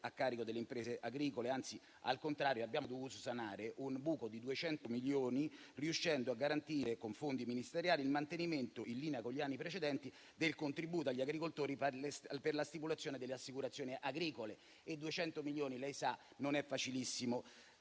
a carico delle imprese agricole. Anzi, al contrario, abbiamo dovuto sanare un buco di 200 milioni riuscendo a garantire con fondi ministeriali il mantenimento in linea con gli anni precedenti del contributo agli agricoltori per la stipulazione delle assicurazioni agricole. Come sa, 200 milioni non è facilissimo